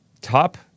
top